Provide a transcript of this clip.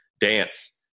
dance